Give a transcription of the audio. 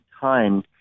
time